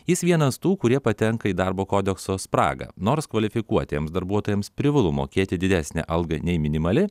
jis vienas tų kurie patenka į darbo kodekso spragą nors kvalifikuotiems darbuotojams privalu mokėti didesnę algą nei minimali